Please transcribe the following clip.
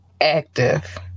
active